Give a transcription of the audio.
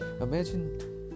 Imagine